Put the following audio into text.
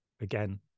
again